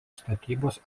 statybos